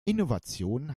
innovation